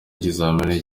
ikizamini